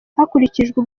hakurikijwe